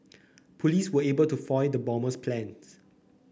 police were able to foil the bomber's plans